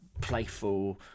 playful